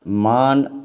मान